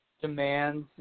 demands